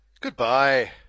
Goodbye